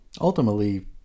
Ultimately